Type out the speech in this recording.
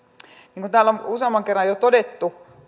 niin kuin täällä on useamman kerran jo todettu